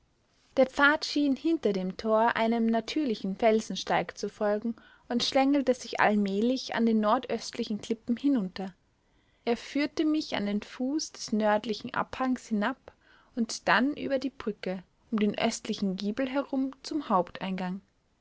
der pfad schien hinter dem tor einem natürlichen felsensteig zu folgen und schlängelte sich allmählich an den nordöstlichen klippen hinunter er führte mich an den fuß des nördlichen abhangs hinab und dann über die brücke um den östlichen giebel herum zum haupteingang